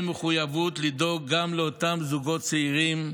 מחויבות לדאוג גם לאותם זוגות צעירים,